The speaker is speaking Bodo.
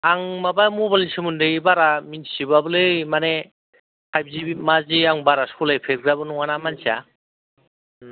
आं माबा मबाइलनि सोमोन्दै बारा मिन्थिजोबाबोलै माने फाइब जि मा जि आं बारा सलाय फेरग्राबो नङाना मानसिया उम